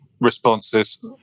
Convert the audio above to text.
responses